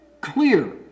Clear